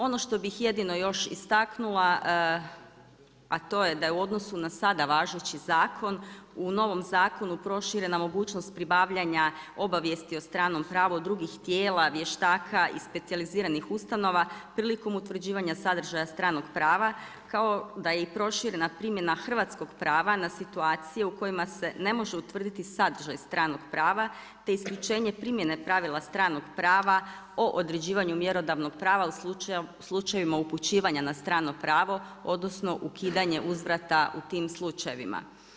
Ono što bih jedino još istaknula, a to je da je u odnosu na sada važeći zakon u novom zakonu proširena mogućnost pribavljanja obavijesti o stranom pravu od drugih tijela, vještaka i specijaliziranih ustanova prilikom utvrđivanja sadržaja stranog prava kao i da je proširena primjena hrvatskog prava na situacije na kojima se ne može utvrditi sadržaj stvarnog prava, te isključenje primjene pravila stranog prava o određivanju mjerodavnog prava u slučajevima upućivanja na strano pravo, odnosno ukidanja uzvrata u tim slučajevima.